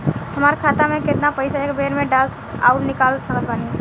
हमार खाता मे केतना पईसा एक बेर मे डाल आऊर निकाल सकत बानी?